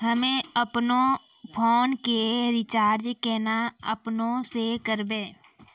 हम्मे आपनौ फोन के रीचार्ज केना आपनौ से करवै?